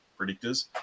predictors